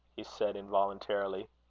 he said, involuntarily.